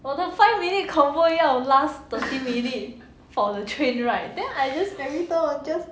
我的 five minute convo 要 last thirty minute for the train ride then I just very so I just